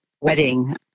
wedding